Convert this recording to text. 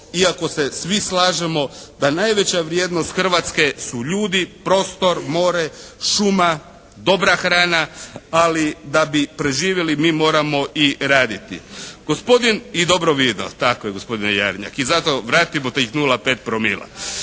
iako se svi slažemo da najveća vrijednost Hrvatske su ljudi, prostor, more, šuma, dobra hrana ali da bi preživjeli mi moramo i raditi. … /Upadica se ne čuje./ … I dobro vino, tako je gospodine Jarnjak. I zato vratimo tih 0,5 promila.